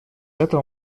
этого